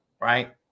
right